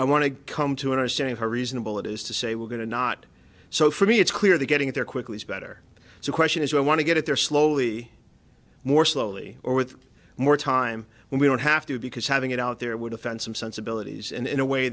i want to come to understand how reasonable it is to say we're going to not so for me it's clear that getting there quickly is better so question is why i want to get there slowly more slowly or with more time when we don't have to because having it out there would offend some sensibilities and in a way